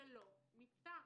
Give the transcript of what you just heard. שלא נפתר.